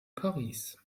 paris